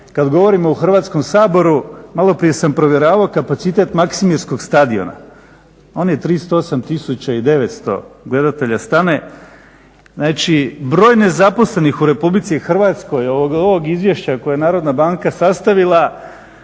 kad govorimo o Hrvatskom saboru maloprije sam provjeravao kapacitet maksimirskog stadiona. On je 38 900 gledatelja stane. Znači broj nezaposlenih u RH od ovog izvješća koje je Narodna banka sastavila